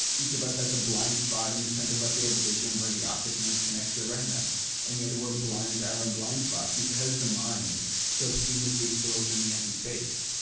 each of us has a blind spot in the centre of our field of vision where the optic nerve connects to the retina and yet we're blind to our own blind spot because the mind so seamlessly fills in the empty space.